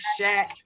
Shaq